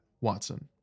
Watson